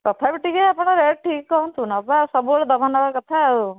ତଥାପି ଟିକିଏ ଆପଣ ରେଟ୍ ଠିକ୍ କରନ୍ତୁ ନେବା ସବୁବେଳେ ଦେବାନେବା କଥା ଆଉ